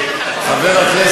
קח עשר דקות, ככה, יאללה, תפאדל.